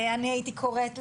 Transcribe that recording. הייתי קוראת לזה,